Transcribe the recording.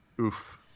Oof